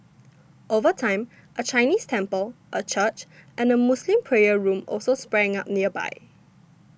over time a Chinese temple a church and a Muslim prayer room also sprang up nearby